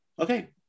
okay